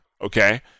Okay